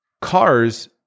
Cars